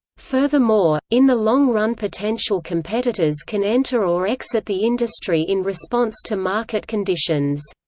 furthermore, in the long-run potential competitors can enter or exit the industry in response to market conditions.